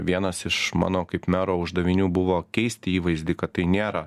vienas iš mano kaip mero uždavinių buvo keisti įvaizdį kad tai nėra